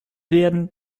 werden